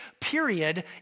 period